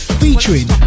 featuring